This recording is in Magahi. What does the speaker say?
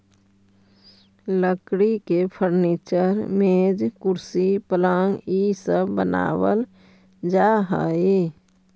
लकड़ी के फर्नीचर, मेज, कुर्सी, पलंग इ सब बनावल जा हई